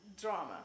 drama